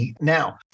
now